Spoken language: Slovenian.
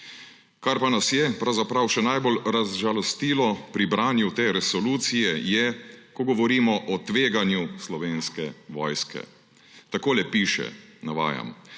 Kar pa nas je pravzaprav še najbolj razžalostilo pri branju te resolucije, je, ko govorimo o tveganju Slovenske vojske. Takole piše, navajam: